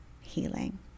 healing